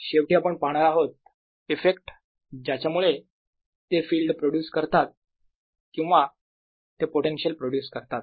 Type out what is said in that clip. शेवटी आपण पाहणार आहोत इफेक्ट ज्याच्यामुळे ते फिल्ड प्रोड्युस करतात किंवा ते पोटेन्शियल प्रोड्युस करतात